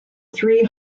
three